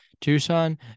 tucson